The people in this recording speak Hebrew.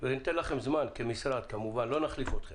וניתן לכם זמן כמשרד כמובן, לא נחליף אתכם,